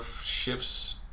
shifts